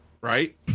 right